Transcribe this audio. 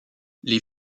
les